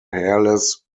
hairless